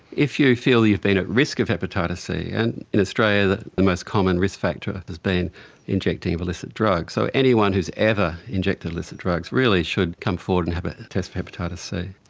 if you feel you've been at risk of hepatitis c, and in australia the the most common risk factor has been injecting of illicit drugs. so anyone who has ever injected illicit drugs really should come forward and have a test for hepatitis c.